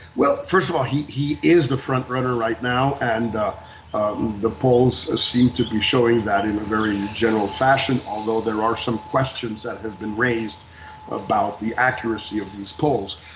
well, first of all, he he is the front-runner right now and the polls seem to be showing that in a very general fashion, although there are some questions that have been raised about the accuracy of these polls.